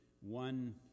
one